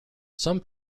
some